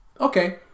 okay